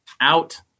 out